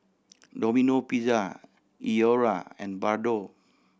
Domino Pizza Iora and Bardot